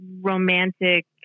romantic